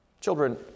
Children